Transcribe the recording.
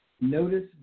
Notice